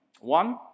One